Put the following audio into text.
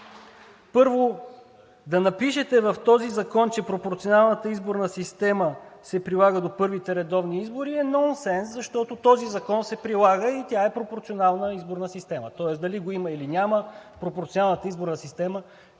Първо, да напишете в този закон, че пропорционалната изборна система се прилага до първите редовни избори е нонсенс, защото този закон се прилага и тя е пропорционална изборна система. Тоест дали го има, или няма, пропорционалната изборна система ще се